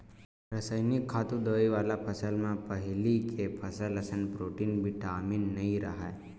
रसइनिक खातू, दवई वाला फसल म पहिली के फसल असन प्रोटीन, बिटामिन नइ राहय